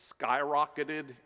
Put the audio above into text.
skyrocketed